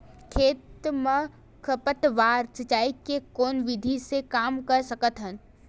खेत म खरपतवार सिंचाई के कोन विधि से कम कर सकथन?